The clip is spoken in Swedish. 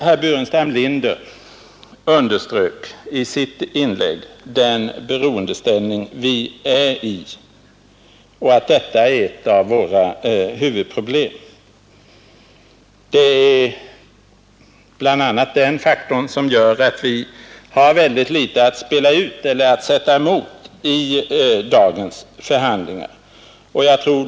Herr Burenstam Linder underströk i sitt inlägg den beroendeställning vi är i och att detta är ett av våra huvudproblem. Det är bl.a. denna faktor som gör att vi har väldigt litet att spela ut eller sätta emot i dagens förhandlingar.